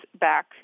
back